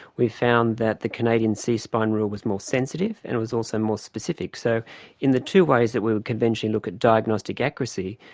we found that the canadian c-spine rule was more sensitive and it was also more specific. so in the two ways that we would conventionally look at diagnostic accuracy,